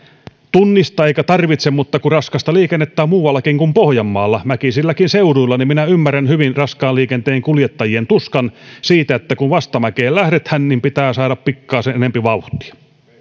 tunnista emmekä tarvitse mutta kun raskasta liikennettä on muuallakin kuin pohjanmaalla mäkisilläkin seuduilla niin minä ymmärrän hyvin raskaan liikenteen kuljettajien tuskan siitä että kun vastamäkeen lähdetään niin pitää saada pikkasen enempi vauhtia